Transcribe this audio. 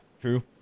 true